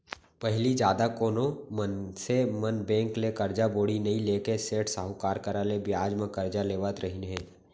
पहिली जादा कोनो मनसे मन बेंक ले करजा बोड़ी नइ लेके सेठ साहूकार करा ले बियाज म करजा लेवत रहिन हें